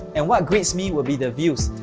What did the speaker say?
and what greets me will be the views!